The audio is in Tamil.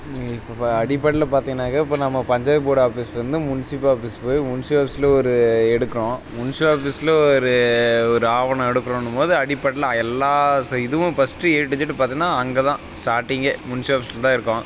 இப்போ பா அடிப்படையில் பார்த்திங்னாக்கா இப்போ நம்ம பஞ்சாயத்து போர்டு ஆபிஸ்லருந்து முனிசிபல் ஆஃபிஸ் போய் முனிசிபல் ஆஃபிஸ்சில் ஒரு எடுக்கணும் முனிசிபல் ஆஃபிஸ்சில் ஒரு ஒரு ஆவணம் எடுக்கணும்னும் போது அடிப்படைலாம் எல்லா செ இதுவும் பஸ்ட்டு எய்ட் டிஜிட்டு பார்த்தின்னா அங்கேதான் ஸ்டார்ட்டிங்கே முனிசிபல் ஆஃபிஸ்சில் தான் இருக்கும்